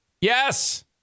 Yes